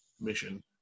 mission